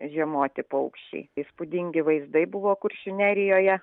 žiemoti paukščiai įspūdingi vaizdai buvo kuršių nerijoje